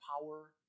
power